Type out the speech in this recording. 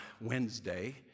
Wednesday